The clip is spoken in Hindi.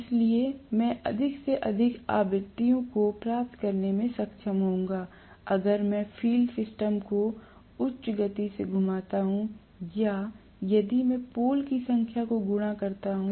इसलिए मैं अधिक से अधिक आवृत्तियों को प्राप्त करने में सक्षम होऊंगा अगर मैं फील्ड सिस्टम को उच्च गति से घुमाता हूं या यदि मैं पोल की संख्या को गुणा करता हूं